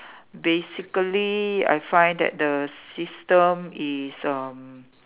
basically I find that the system is um